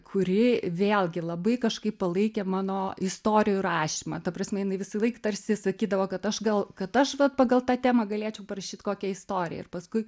kurį vėlgi labai kažkaip palaikė mano istorijų rašymą ta prasme jinai visąlaik tarsi sakydavo kad aš gal kad aš vat pagal tą temą galėčiau parašyt kokią istoriją ir paskui